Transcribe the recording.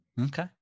Okay